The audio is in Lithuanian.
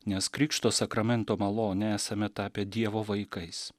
nes krikšto sakramento malone esame tapę dievo vaikais